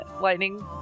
lightning